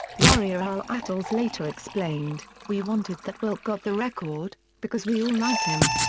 warrior al attles later explained, we wanted that wilt got the record, because we all liked him.